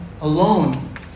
alone